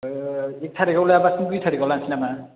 एक थारिकआव लायाबासिनो दुइ थारिकआव लानोसै नामा